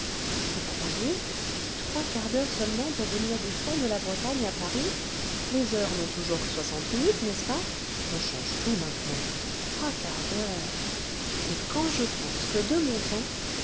vous croyez trois quarts d'heure seulement pour venir du fond de la bretagne à paris les heures n'ont toujours que soixante minutes n'est-ce pas on change tout maintenant trois quarts d'heure et quand je pense que de mon temps